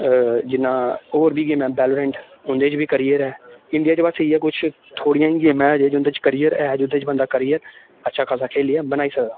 जियां होर बी गेम ऐ बैलोरेंट उंदे च बी कैरियर ऐ इंडिया च बस इ'यै कुछ थोह्ड़ियां गेमां ऐ उंदे च कैरियर ऐ जेह्दे च बंदा कैरियर अच्छा खासा खेलियै बनाई सकदा